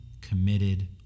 committed